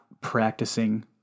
practicing